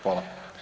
Hvala.